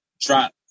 drop